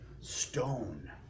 stone